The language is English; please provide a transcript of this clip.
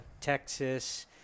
Texas